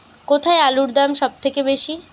কোথায় আলুর দাম সবথেকে বেশি?